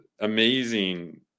amazing